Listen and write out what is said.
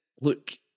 look